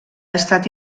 estat